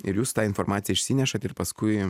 ir jūs tą informaciją išsinešat ir paskui